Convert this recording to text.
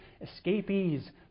escapees